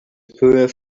poor